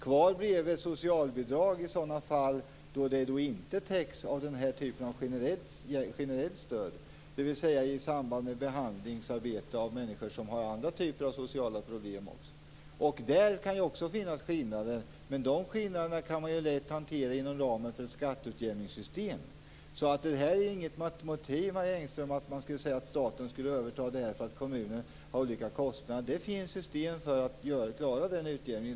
Kvar blir i sådana fall socialbidrag som inte täcks in av den här typen av generellt stöd, alltså i samband med behandlingsarbete när det gäller människor som också har andra sociala problem. Också i det avseendet kan det finnas skillnader men de kan lätt hanteras inom ramen för ett skatteutjämningssystem. Det är alltså inget motiv, Marie Engström, att tala om ett statligt övertagande därför att kostnaderna ute i kommunerna varierar. Det finns system för att i dag klara en sådan utjämning.